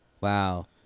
Wow